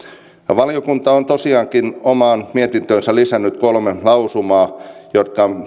valiokunta on tosiaankin omaan mietintöönsä lisännyt kolme lausumaa jotka